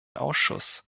ausschuss